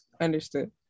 Understood